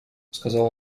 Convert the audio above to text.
сказал